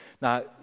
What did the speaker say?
Now